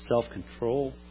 self-control